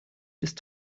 ist